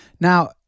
Now